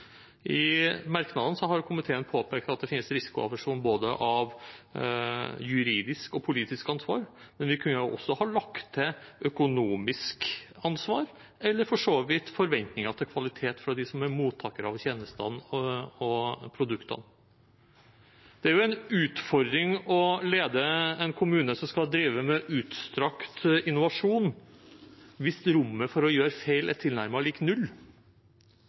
har komiteen påpekt at det finnes risikoaversjon som følge av både juridisk og politisk ansvar, men vi kunne også ha lagt til økonomisk ansvar eller for så vidt forventninger til kvalitet fra dem som er mottakere av tjenestene og produktene. Det er en utfordring å lede en kommune som skal drive med utstrakt innovasjon, hvis rommet for å gjøre feil er tilnærmet lik null.